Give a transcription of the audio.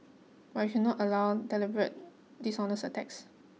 but we should not allow deliberate dishonest attacks